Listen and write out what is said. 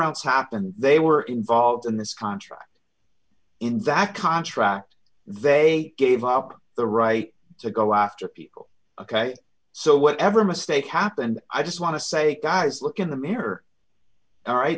else happened they were involved in this contract in that contract they gave up the right to go after people ok so whatever mistake happened i just want to say guys look in the mirror all right